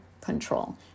control